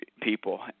people